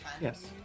yes